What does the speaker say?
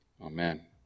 Amen